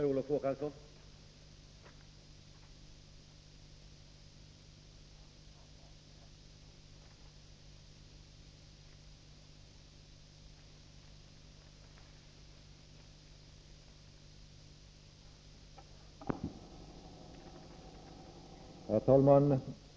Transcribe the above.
Herr talman!